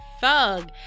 Thug